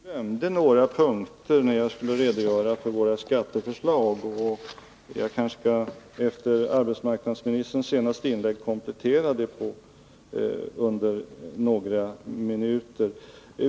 Herr talman! Jag glömde några punkter när jag skulle redogöra för våra skatteförslag, och jag kanske därför, efter arbetsmarknadsministerns senaste inlägg, nu skall komplettera redogörelsen under några minuter.